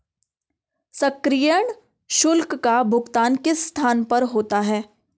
सक्रियण शुल्क का भुगतान किस स्थान पर होता है?